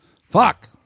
Fuck